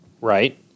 Right